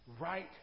right